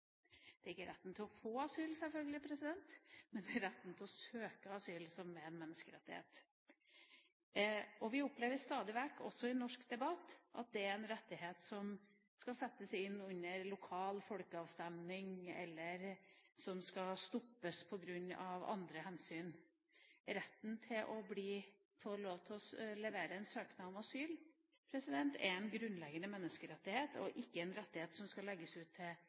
Det er ikke retten til å få asyl, selvfølgelig, men retten til å søke asyl, som er en menneskerett. Vi opplever stadig vekk, også i norsk debatt, at det er en rettighet som skal legges ut til lokal folkeavstemning, eller som skal stoppes av andre hensyn. Retten til å levere en søknad om asyl er en grunnleggende menneskerett, og ikke en rettighet som skal legges ut til